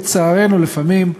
לצערנו, לפעמים,